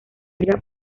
liga